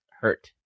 hurt